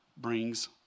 brings